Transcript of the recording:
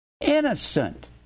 innocent